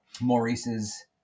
Maurice's